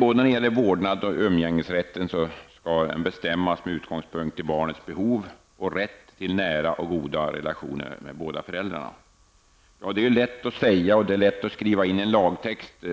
Både vårdnaden och umgängesrätten skall bestämmas med utgångspunkt i barnets behov -- och rätt -- när det gäller nära och goda relationer med båda föräldrarna. Det är lätt att säga detta och också att skriva in detta i en lagtext.